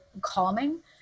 calming